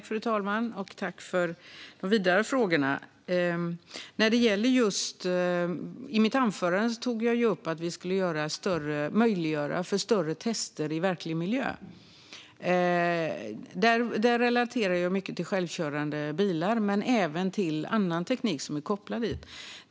Fru talman! Tack, Daniel Helldén, för de vidare frågorna! I mitt anförande tog jag ju upp att vi skulle möjliggöra större tester i verklig miljö. Där relaterade jag mycket till självkörande bilar men även till annan teknik som är kopplad dit.